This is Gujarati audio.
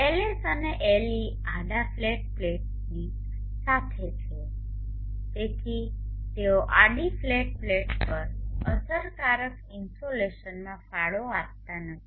LS અને LE આડા ફ્લેટ પ્લેટની સાથે છે તેથી તેઓ આડી ફ્લેટ પ્લેટ પર અસરકારક ઈનસોલેસનમાં ફાળો આપતા નથી